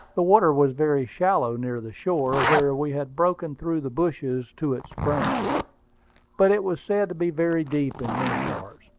the water was very shallow near the shore, where we had broken through the bushes to its brink but it was said to be very deep in many parts.